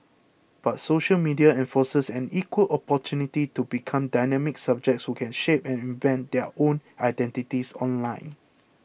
but social media enforces an equal opportunity to become dynamic subjects who can shape and invent their own identities online